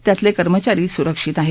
त्यातले कर्मचारी सुरक्षित आहेत